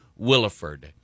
Williford